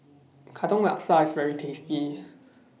Katong Laksa IS very tasty